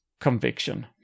conviction